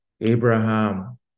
Abraham